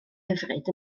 hyfryd